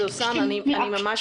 סאוסן, אני ממש